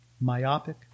Myopic